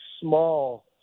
small